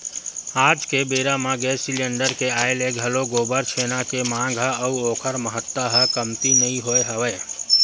आज के बेरा म गेंस सिलेंडर के आय ले घलोक गोबर छेना के मांग ह अउ ओखर महत्ता ह कमती नइ होय हवय